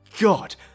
god